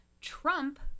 Trump